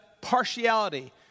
partiality